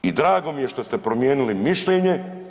I drago mi je što ste promijenili mišljenje.